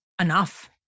enough